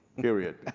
period.